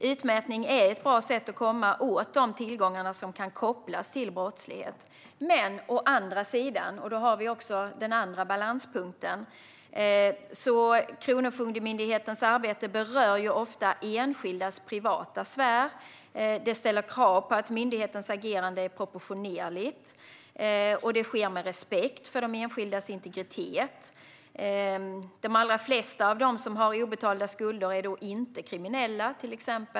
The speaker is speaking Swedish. Utmätning är ett bra sätt att komma åt de tillgångar som kan kopplas till brottslighet, men å andra sidan, och där har vi den andra balanspunkten, berör Kronofogdemyndighetens arbete ofta enskildas privata sfär, vilket ställer krav på att myndighetens agerande är proportionerligt och sker med respekt för de enskildas integritet. De allra flesta av dem som har obetalda skulder är ju inte kriminella.